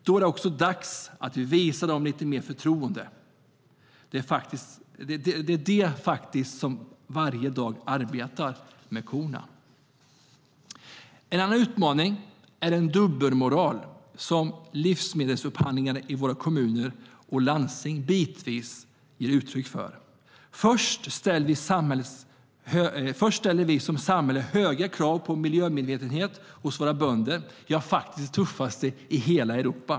Det är dags att vi visar dem lite mer förtroende. Det är faktiskt de som arbetar med korna varje dag. En annan utmaning är den dubbelmoral som livsmedelsupphandlingarna i våra kommuner och landsting bitvis ger uttryck för. Först ställer vi som samhälle höga krav på miljömedvetenhet hos våra bönder - ja, faktiskt de tuffaste kraven i Europa.